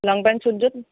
লং pant চুটযোৰ